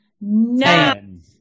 Nine